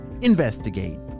investigate